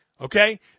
Okay